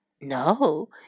No